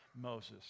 Moses